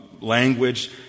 language